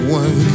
one